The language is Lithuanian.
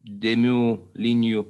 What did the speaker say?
dėmių linijų